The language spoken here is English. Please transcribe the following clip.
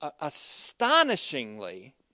astonishingly